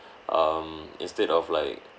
um instead of like